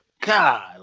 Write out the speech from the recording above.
God